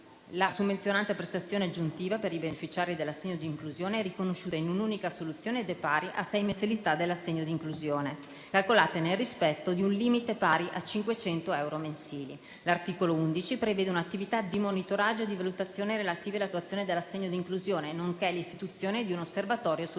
La summenzionata prestazione aggiuntiva per i beneficiari dell'Assegno di inclusione è riconosciuta in un'unica soluzione ed è pari a sei mensilità dell'Assegno di inclusione (calcolate nel rispetto di un limite pari a 500 euro mensili). L'articolo 11 prevede un'attività di monitoraggio e di valutazione relativi all'attuazione dell'Assegno di inclusione nonché l'istituzione di un Osservatorio sulle